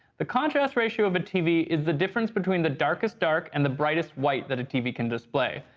the contrast ratio of a tv is the difference between the darkest dark and the brightest white that a tv can display,